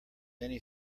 many